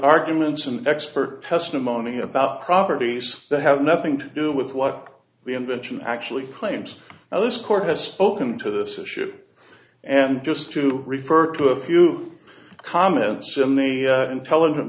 arguments and expert testimony about properties that have nothing to do with what the invention actually claims and this court has spoken to this issue and just to refer to a few comments in the intelligen